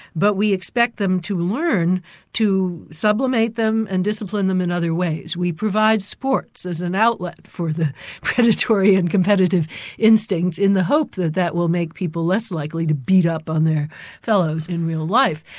but we expect them to learn to sublimate them, and discipline them in other ways. we provide sports as an outlet for the predatory and competitive instincts in the hope that that will make people less likely to beat up on their fellows in their life.